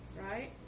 Right